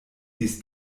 dies